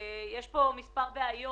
יש פה מספר בעיות,